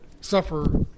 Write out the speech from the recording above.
suffer